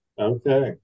Okay